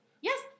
Yes